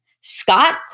Scott